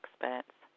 experts